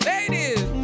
Ladies